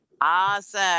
Awesome